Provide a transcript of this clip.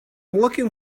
looking